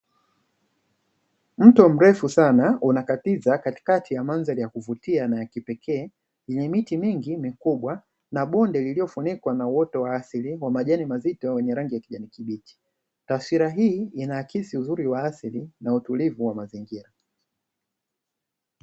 Mto mrefu sana unakatiza katikati ya mandhari ya kuvutia na ya kipekee, kwenye miti mingi imekuwa na bonde lililofunikwa na wote wa asilimu wa majani mazito wenye rangi ya kijani kibichi, taswira hii inaakisi uzuri wa asili na utulivu wa mazingira.